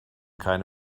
keine